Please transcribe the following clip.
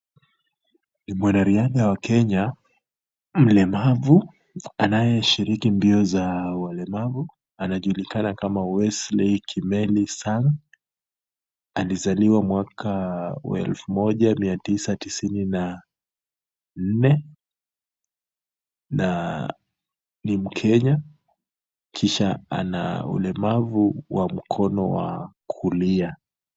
Mwanariadha wa Kenya mlemavu, anayeshiriki mbio za walemavu. Anajulikana kama Wesly Kimeli Sung alizaliwa mwaka wa elfu moja mia tisa tisini na nne na ni mkenya kisha ana ulemavu wa mkono wa kulia.